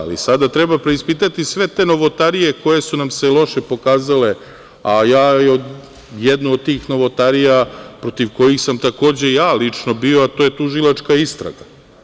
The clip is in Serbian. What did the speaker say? Ali, sada treba preispitati sve te novotarije koje su nam se loše pokazale, a ja jednu od tih novotarija, protiv kojih sam takođe ja lično bio, to je tužilačka istraga.